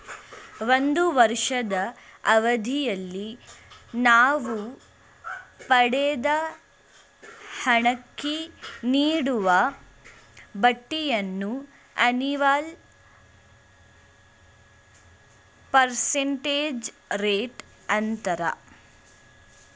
ಒಂದು ವರ್ಷದ ಅವಧಿಯಲ್ಲಿ ನಾವು ಪಡೆದ ಹಣಕ್ಕೆ ನೀಡುವ ಬಡ್ಡಿಯನ್ನು ಅನಿವಲ್ ಪರ್ಸೆಂಟೇಜ್ ರೇಟ್ ಅಂತಾರೆ